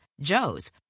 Joe's